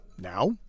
Now